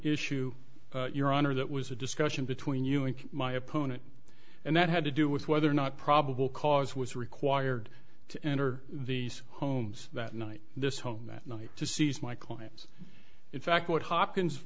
issue your honor that was a discussion between you and my opponent and that had to do with whether or not probable cause was required to enter these homes that night this home that night to seize my client's in fact what hopkins